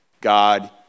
God